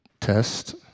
Test